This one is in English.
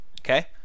Okay